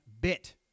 bit